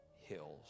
hills